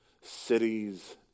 cities